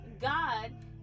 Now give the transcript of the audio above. god